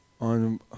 on